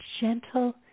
gentle